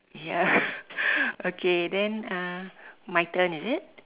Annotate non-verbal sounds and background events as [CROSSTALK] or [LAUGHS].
ya [LAUGHS] okay then uh my turn is it